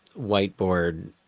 whiteboard